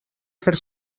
fer